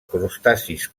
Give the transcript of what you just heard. crustacis